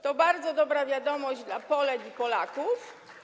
To bardzo dobra wiadomość dla Polek i Polaków.